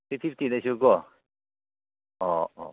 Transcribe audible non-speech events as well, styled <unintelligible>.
<unintelligible> ꯀꯣ ꯑꯣ ꯑꯣ